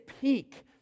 peak